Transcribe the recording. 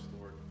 Lord